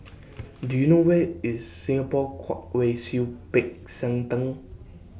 Do YOU know Where IS Singapore Kwong Wai Siew Peck San Theng